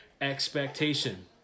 expectation